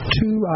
two